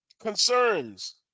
Concerns